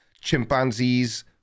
chimpanzees